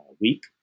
week